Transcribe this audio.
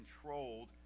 controlled